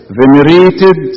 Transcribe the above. venerated